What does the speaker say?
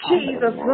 Jesus